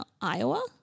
Iowa